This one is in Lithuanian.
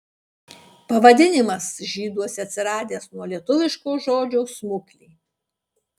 pavadinimas žyduose atsiradęs nuo lietuviško žodžio smuklė